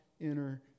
enter